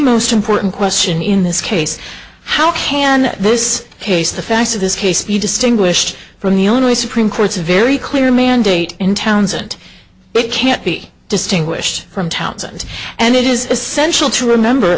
most important question in this case how can this case the facts of this case you distinguish from the only supreme court's very clear mandate in townsend it can't be distinguished from townsend and it is essential to remember